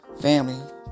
Family